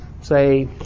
say